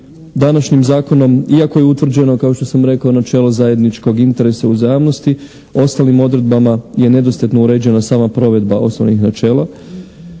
Današnjim zakonom iako je utvrđeno kao što sam rekao načelo zajedničkog interesa uzajamnosti, ostalim odredbama je nedostatno uređena sama provedba osnovnih načela